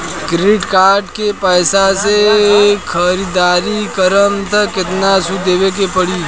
Credit card के पैसा से ख़रीदारी करम त केतना सूद देवे के पड़ी?